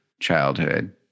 childhood